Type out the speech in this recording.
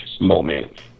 moment